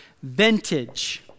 Vintage